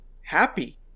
happy